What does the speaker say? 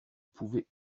pouvez